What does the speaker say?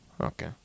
Okay